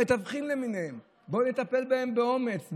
המתווכים למיניהם, בואו נטפל בהם באומץ.